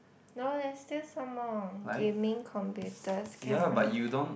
no leh still some more gaming computers camera